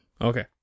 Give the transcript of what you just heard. Okay